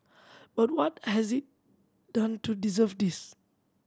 but what has it done to deserve this